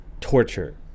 torture